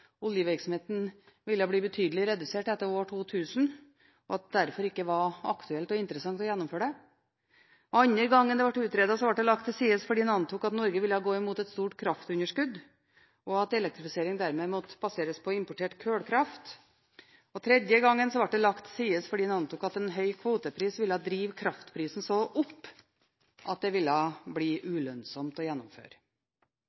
oljevirksomheten ville bli betydelig redusert etter år 2000, og at det derfor ikke var aktuelt og interessant å gjennomføre det. Den andre gangen det ble utredet, ble det lagt til side fordi en antok at Norge ville gå mot et stort kraftunderskudd, og at elektrifisering dermed måtte baseres på importert kullkraft. Og den tredje gangen ble det lagt til side fordi en antok at en høy kvotepris ville drive kraftprisen så opp at det ville bli